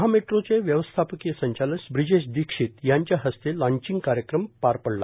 महामेट्रोचे व्यवस्थापकीय संचालक ब्रिजेश दीक्षित यांच्या हस्ते लौंचिंग कार्यक्रम पार पडला